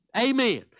amen